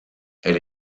elle